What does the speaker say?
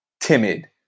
timid